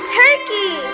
turkey